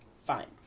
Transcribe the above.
fine